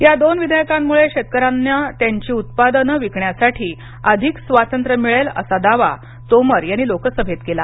या दोन विधेयकांमुळे शेतकऱ्यांना त्यांची उत्पादन विकण्यासाठी अधिक स्वातंत्र्य मिळेल असा दावा तोमर यांनी लोकसभेत केला